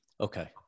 Okay